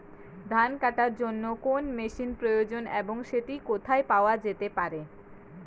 ধান কাটার জন্য কোন মেশিনের প্রয়োজন এবং সেটি কোথায় পাওয়া যেতে পারে?